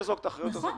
נכון,